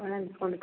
ओनाहिए फोन करू